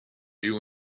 you